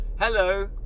Hello